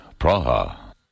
Praha